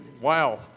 Wow